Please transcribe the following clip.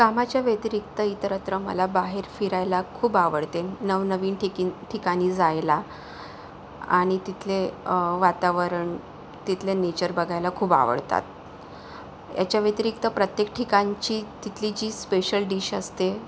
कामाच्या व्यतिरिक्त इतरत्र मला बाहेर फिरायला खूप आवडते नवनवीन ठिकी ठिकाणी जायला आणि तिथले वातावरण तिथले नेचर बघायला खूप आवडतात याच्या व्यतिरिक्त प्रत्येक ठिकाणची तिथली जी स्पेशल डिश असते